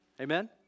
Amen